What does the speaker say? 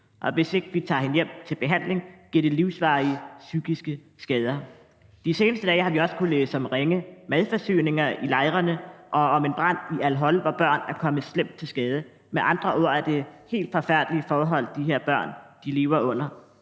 hvis ikke vi tager hende hjem til behandling, giver livsvarige psykiske skader. De seneste dage har vi også kunnet læse om ringe madforsyninger i lejrene og om en brand i al-Hol, hvor børn er kommet slemt til skade. Med andre ord er det helt forfærdelige forhold, de her børn lever under.